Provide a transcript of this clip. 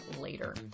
later